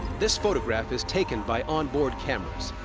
this photograph is taken by onboard cameras.